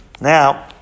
Now